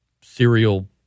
serial